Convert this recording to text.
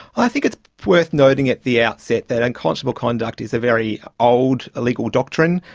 i think it's worth noting at the outset that unconscionable conduct is a very old legal doctrine,